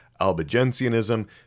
Albigensianism